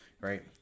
Right